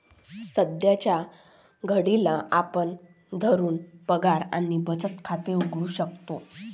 सध्याच्या घडीला आपण घरून पगार आणि बचत खाते उघडू शकतो